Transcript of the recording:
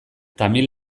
tamil